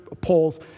polls